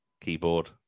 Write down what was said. keyboard